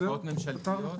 השקעות ממשלתיות?